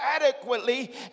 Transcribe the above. adequately